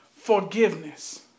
Forgiveness